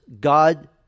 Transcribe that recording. God